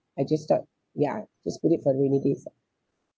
I just start ya just put it for the rainy days ah